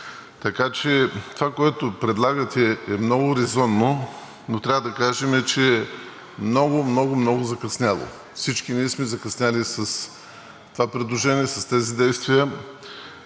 Така че това, което предлагате, е много резонно, но трябва да кажем, че е много, много, много закъсняло. Всички ние сме закъснели с това предложение, с тези действия.